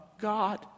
God